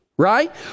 right